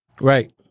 Right